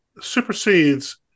supersedes